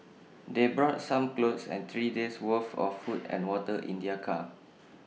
they brought some clothes and three days' worth of food and water in their car